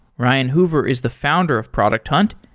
ryan hoover is the founder of product hunt,